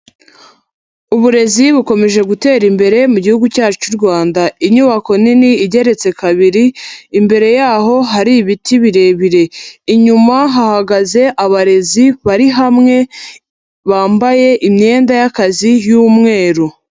Uburezi bukomeje gutera imbere mu gihugu cyacu cy'u Rwanda, inyubako nini igeretse kabiri imbere yaho hari ibiti birebire, inyuma hahagaze abarezi bari hamwe bambaye imyenda y'akazi y'umweru.